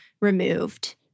removed